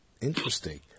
Interesting